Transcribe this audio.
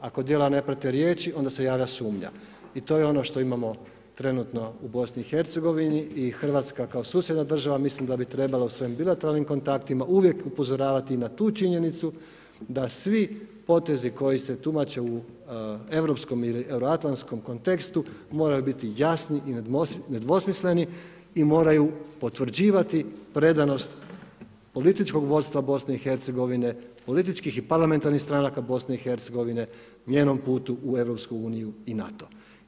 Ako dijela ne prati riječi, onda se javlja sumnja i to je ono što imamo trenutno u BIH i Hrvatska kao susjedna država, mislim da bi trebala u svojim bilateralnim kontaktima uvijek upozoravati na tu činjenicu, da svi potezi koji se tumače u europskom ili euroatlantskom kontekstu, moraju biti jasni i nedvosmisleni i moraju potvrđivati predanost političkog vodstva BIH, političkih parlamentarnih stranaka BIH, njenom putu u EU i NATO.